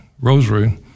rosary